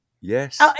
Yes